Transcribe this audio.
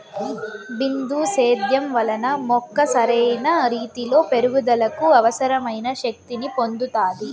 బిందు సేద్యం వలన మొక్క సరైన రీతీలో పెరుగుదలకు అవసరమైన శక్తి ని పొందుతాది